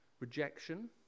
rejection